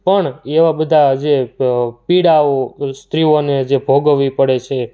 પણ એવા બધા જે પીડાઓ સ્ત્રીઓને જે ભોગવી પડે છે